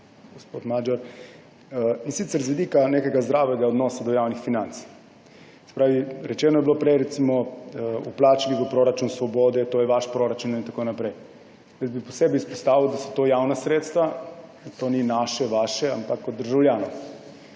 gospoda Magyara, in sicer z vidika nekega zdravega odnosa od javnih financ. Rečeno je bilo prej, recimo, vplačali v proračun Svobode, to je vaš proračun in tako naprej. Jaz bi posebej izpostavil, da so to javna sredstva, da to ni naše, vaše, ampak od državljanov.